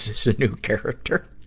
is this a new character?